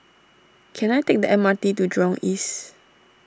can I take the M R T to Jurong East